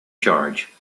charge